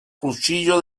cuchillo